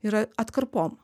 yra atkarpom